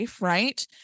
right